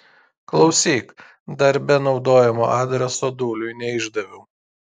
klausyk darbe naudojamo adreso dūliui neišdaviau